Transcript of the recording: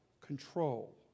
control